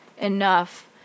enough